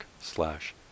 slash